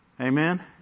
Amen